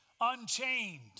unchained